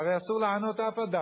הרי אסור לענות שום אדם,